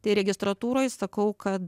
tai registratūroj sakau kad